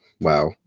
Wow